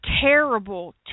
terrible